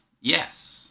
yes